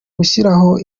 gushyiraho